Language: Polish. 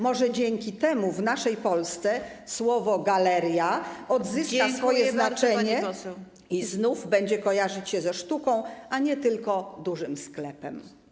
Może dzięki temu w naszej Polsce słowo ˝galeria˝ odzyska swoje znaczenie i znów będzie kojarzyć się ze sztuką, a nie tylko z dużym sklepem.